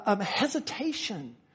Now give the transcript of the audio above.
hesitation